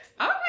Okay